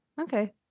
Okay